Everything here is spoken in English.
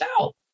out